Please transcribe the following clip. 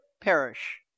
perish